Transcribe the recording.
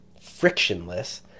frictionless